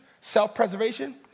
self-preservation